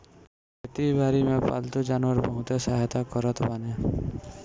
खेती बारी में पालतू जानवर बहुते सहायता करत बाने